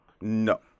No